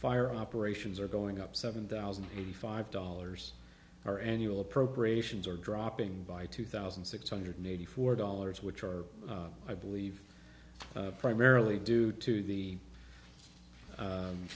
fire operations are going up seven thousand and eighty five dollars our annual appropriations are dropping by two thousand six hundred eighty four dollars which are i believe primarily due to the